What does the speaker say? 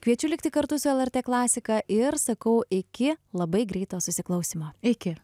kviečiu likti kartu su el er tė klasika ir sakau iki labai greito susiklausymo iki